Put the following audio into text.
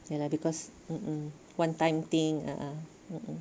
ya lah because mm one time thing a'ah mm